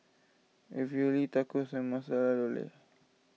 Ravioli Tacos and Masala